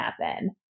happen